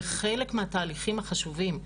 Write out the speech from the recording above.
זה חלק מהתהליכים החשובים,